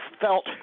felt